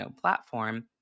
platform